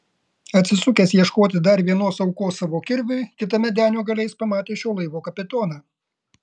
atsisukęs ieškoti dar vienos aukos savo kirviui kitame denio gale jis pamatė šio laivo kapitoną